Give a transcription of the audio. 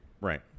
Right